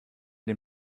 den